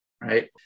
right